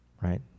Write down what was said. right